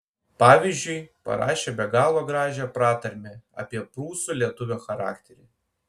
pavyzdžiui parašė be galo gražią pratarmę apie prūsų lietuvio charakterį